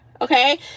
Okay